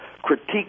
critique